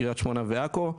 קריית שמונה ועכו.